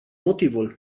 motivul